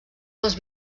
dels